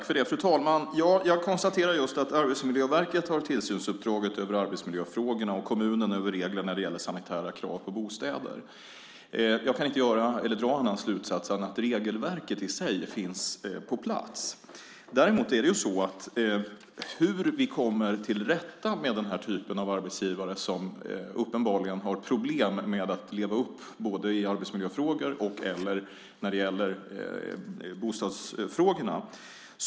Fru talman! Jag konstaterade just att Arbetsmiljöverket har tillsynsuppdraget över arbetsmiljöfrågorna och kommunen över reglerna när det gäller sanitära krav på bostäder. Jag kan inte dra någon annan slutsats än att regelverket i sig finns på plats. Däremot är frågan hur vi kommer till rätta med den typen av arbetsgivare som uppenbarligen har problem med att leva upp till arbetsmiljöfrågor eller bostadsfrågor.